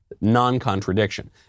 Non-contradiction